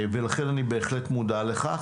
לכן אני בהחלט מודע לכך.